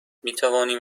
میتوانیم